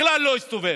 בכלל לא הסתובב.